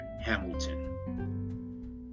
Hamilton